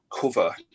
cover